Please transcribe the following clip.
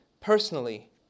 personally